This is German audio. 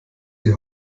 die